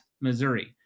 Missouri